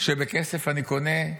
שבכסף אני קונה,